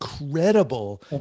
incredible